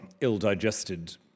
ill-digested